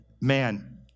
man